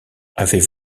avez